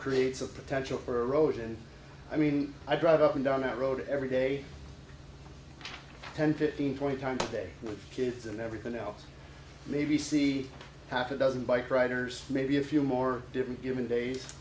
creates a potential for erosion i mean i drive up and down that road every day ten fifteen twenty times a day with kids and everything else maybe see half a dozen bike riders maybe a few more different human days